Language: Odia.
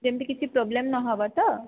ଯେମିତି କିଛି ପ୍ରବ୍ଲେମ୍ ନହେବ ତ